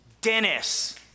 Dennis